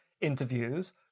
interviews